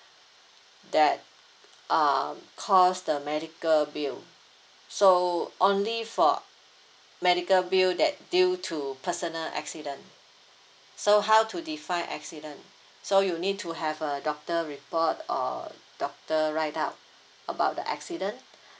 that um cost the medical bill so only for medical bill that due to personal accident so how to define accident so you need to have a doctor report or doctor write up about the accident